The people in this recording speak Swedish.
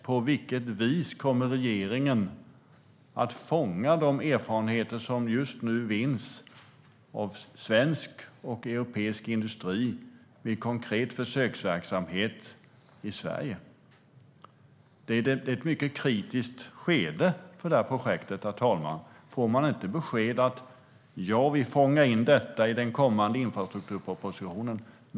På vilket vis kommer regeringen att fånga de erfarenheter som just nu vinns av svensk och europeisk industri vid konkret försöksverksamhet i Sverige? Herr talman! Det är ett mycket kritiskt skede för projektet. Man får inte beskedet: Ja, vi fångar in detta i den kommande infrastrukturpropositionen.